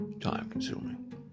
time-consuming